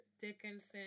Dickinson